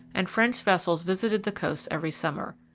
and french vessels visited the coasts every summer.